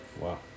Wow